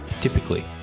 typically